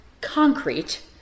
concrete